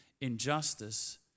injustice